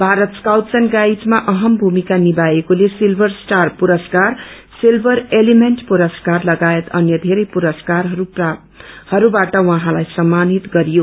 Bharat scouts and गाइडसुमा अहम भूमिका निभाएकोले सिल्यर स्टार पुरस्कार सिल्यर एलिमेन्ट पुरस्कार लगायत अन्य बेरै पुरस्कारहरूबाट उहाँलाई सम्पानित गरियो